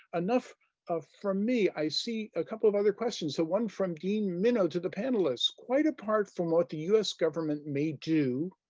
enough from me. i see a couple of other questions. so one from dean minow to the panelists quite apart from what the us government may do,